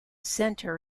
center